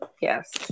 yes